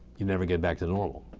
you never get back to normal.